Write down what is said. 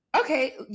Okay